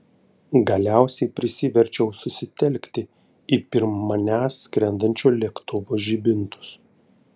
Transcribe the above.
galiausiai prisiverčiau susitelkti į pirm manęs skrendančio lėktuvo žibintus